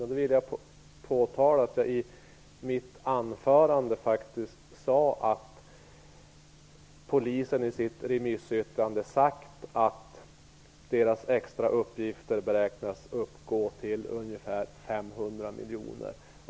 Jag vill påtala att jag i mitt anförande faktiskt sade att polisen i sitt remissyttrande har sagt att polisens extra kostnader beräknas uppgå till ungefär 500 miljoner.